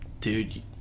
dude